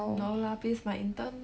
no lah please my intern